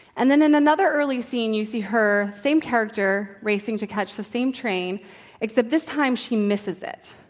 and then, in another early scene, you see her same character racing to catch the same train except this time she misses it.